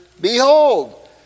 behold